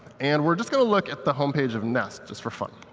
and we're just going to look at the home page of nest just for fun.